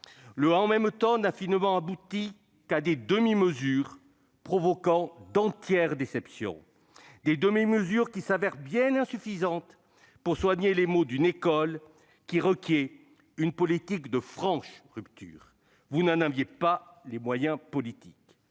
Le « en même temps » n'a finalement abouti qu'à des demi-mesures, provoquant d'entières déceptions. Des demi-mesures qui s'avèrent bien insuffisantes pour soigner les maux d'une école qui a besoin d'une politique de franche rupture. Mais vous n'en aviez pas les moyens politiques.